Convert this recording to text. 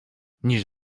niż